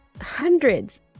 Hundreds